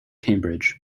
cambridge